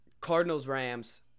Cardinals-Rams